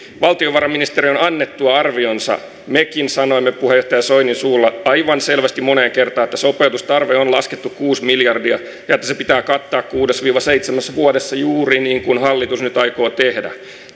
valtiovarainministeriön annettua arvionsa mekin sanoimme puheenjohtaja soinin suulla aivan selvästi moneen kertaan että sopeutustarve on laskettu kuusi miljardia ja että se pitää kattaa kuudessa viiva seitsemässä vuodessa juuri niin kuin hallitus nyt aikoo tehdä